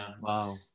Wow